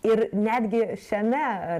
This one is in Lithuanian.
ir netgi šiame